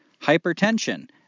hypertension